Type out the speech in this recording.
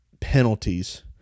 penalties